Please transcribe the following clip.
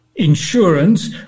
insurance